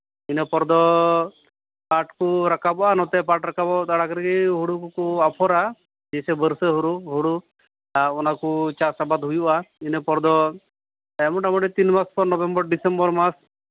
ᱤᱱᱟᱹᱯᱚᱨ ᱫᱚ ᱯᱟᱴᱷ ᱠᱚ ᱨᱟᱠᱟᱵᱟ ᱱᱚᱛᱮ ᱯᱟᱴᱷ ᱨᱟᱠᱟᱵᱚᱜ ᱛᱟᱠ ᱨᱮᱜᱮ ᱦᱩᱲᱩ ᱠᱚᱠᱚ ᱟᱯᱷᱨᱟ ᱞᱤᱴᱷᱟᱹ ᱵᱟᱹᱲᱥᱟᱹ ᱦᱩᱲᱩ ᱟᱨ ᱚᱱᱟᱠᱚ ᱪᱟᱥ ᱟᱵᱟᱫ ᱦᱩᱭᱩᱜᱼᱟ ᱤᱱᱟᱹᱯᱚᱨ ᱫᱚ ᱢᱳᱴᱟᱢᱩᱴᱤ ᱛᱤᱱ ᱢᱟᱥ ᱯᱚᱨ ᱱᱚᱵᱷᱮᱢᱵᱚᱨ ᱰᱤᱥᱮᱢᱵᱚᱨ ᱢᱟᱥ